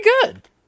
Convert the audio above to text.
good